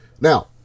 now